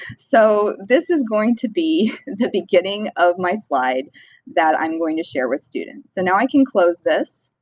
so this is going to be the beginning of my slide that i'm going to share with students. so now i can close this.